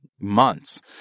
months